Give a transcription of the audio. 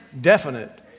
definite